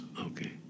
Okay